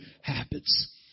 habits